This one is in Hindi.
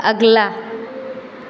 अगला